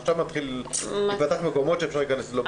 עכשיו מתחילים להיפתח מקומות שאפשר להיכנס אליהם ללא בידוד.